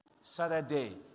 Saturday